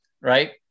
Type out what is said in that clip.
right